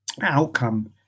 outcome